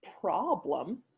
problem